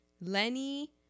Lenny